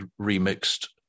remixed